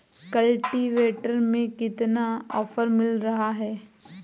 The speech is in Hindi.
कल्टीवेटर में कितना ऑफर मिल रहा है?